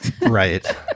Right